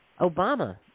Obama